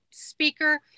Speaker